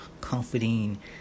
comforting